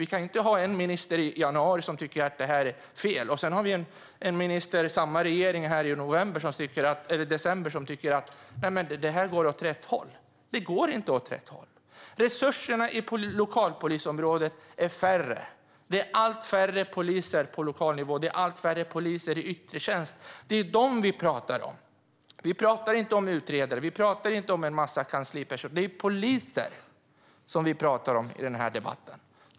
Vi kan inte ha en minister som i januari tycker att detta är fel och sedan ha en minister i samma regering som i december tycker att det går åt rätt håll. Det går inte åt rätt håll. Resurserna på lokalpolisområdet är mindre. Det är allt färre poliser på lokalnivå. Det är allt färre poliser i yttre tjänst. Det är dem vi talar om. Vi talar inte om utredare eller kanslipersonal. Det är poliser vi talar om i denna debatt.